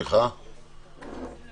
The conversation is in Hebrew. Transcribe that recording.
התש"ף-2020 - החלק הנותר.